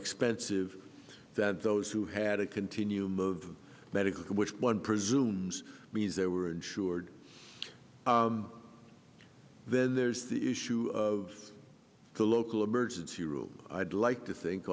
expensive than those who had a continuum of medical care which one presumes means they were insured then there's the issue of the local emergency room i'd like to think